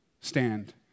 stand